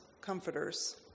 comforters